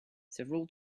several